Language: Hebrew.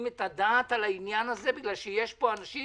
את הדעת על העניין הזה מכיוון שיש פה אנשים